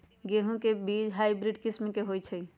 गेंहू के बीज हाइब्रिड किस्म के होई छई?